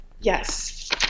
Yes